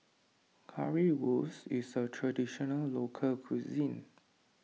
Currywurst is a Traditional Local Cuisine